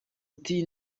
ati